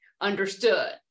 understood